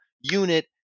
unit